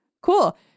Cool